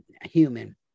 human